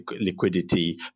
liquidity